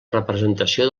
representació